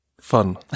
fun